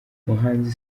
umuhanzi